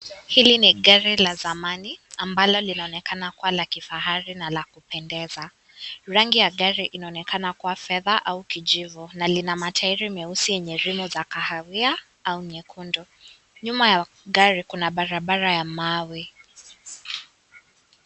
Hili ni gari la zamani ambalo linaonekana kuwa ya kifahari na la kupendeza. Rangi ya gari inaonekana kuwa fedha au kijivu na lina matairi meusi yenye rimu ya kahawia au nyekundu. Nyuma ya gari kuna barabara ya mawe.